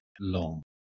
long